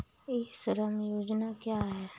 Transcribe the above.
ई श्रम योजना क्या है?